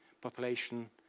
population